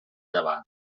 davant